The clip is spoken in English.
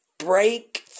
Break